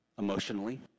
Emotionally